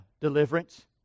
deliverance